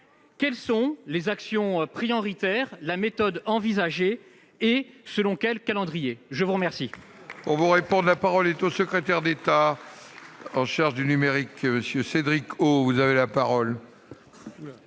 Quelles sont les actions prioritaires, la méthode envisagée et selon quel calendrier ? La parole